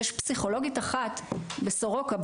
יש פסיכולוגית אחת בסורוקה,